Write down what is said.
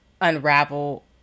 unravel